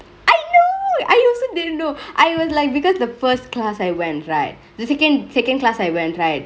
I know I also didn't know I was like because the first class I went right the second second class I went right